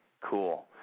Cool